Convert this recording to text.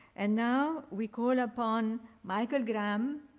and now, we call upon michael graham,